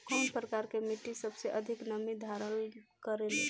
कउन प्रकार के मिट्टी सबसे अधिक नमी धारण करे ले?